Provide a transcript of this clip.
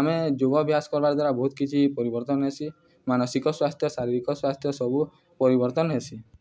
ଆମେ ଯୋଗଭ୍ୟାସ କରବାର ଦ୍ୱାରା ବହୁତ କିଛି ପରିବର୍ତ୍ତନ ହେସି ମାନସିକ ସ୍ୱାସ୍ଥ୍ୟ ଶାରୀରିକ ସ୍ୱାସ୍ଥ୍ୟ ସବୁ ପରିବର୍ତ୍ତନ ହେସି